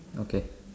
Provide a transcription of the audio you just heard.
okay